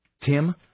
Tim